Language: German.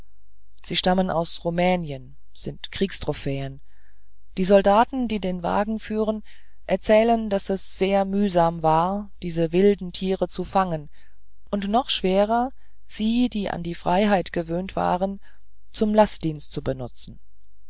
sie stammen aus rumänien sind kriegstrophäen die soldaten die den wagen führen erzählen daß es sehr mühsam war diese wilden tiere zu fangen und noch schwerer sie die an die freiheit gewöhnt waren zum lastdienst zu benutzen